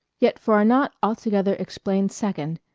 yet for a not altogether explained second,